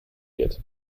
wird